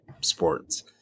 sports